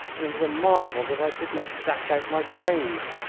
and it was a marvel that i did not dash out my brains.